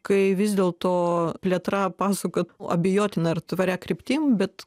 kai vis dėl to plėtra pasuka abejotina ar tvaria kryptim bet